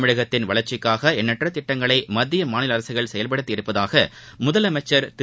தமிழகத்தின் வளர்ச்சிக்காக எண்ணற்ற திட்டங்களை மத்திய செயல்படுத்தி உள்ளதாக முதலமைச்சள் திரு